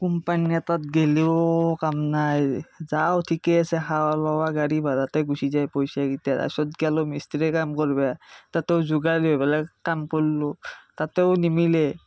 company এটাত গ'লেও কাম নাই যাওঁ ঠিকে আছে খাৱা লোৱা গাড়ী ভাড়াতে গুচি যায় পইচাকেইটা পাছত গ'লো মিস্ত্ৰী কাম কৰিব তাতো যোগালী হৈ পেলাই কাম কৰিলোঁ তাতেও নিমিলে